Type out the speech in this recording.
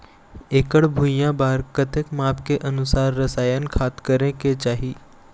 एकड़ भुइयां बार कतेक माप के अनुसार रसायन खाद करें के चाही?